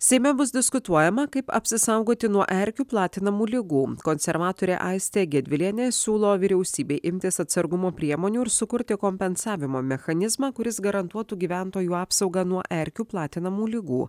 seime bus diskutuojama kaip apsisaugoti nuo erkių platinamų ligų konservatorė aistė gedvilienė siūlo vyriausybei imtis atsargumo priemonių ir sukurti kompensavimo mechanizmą kuris garantuotų gyventojų apsaugą nuo erkių platinamų ligų